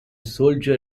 soldier